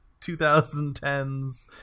2010s